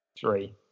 Three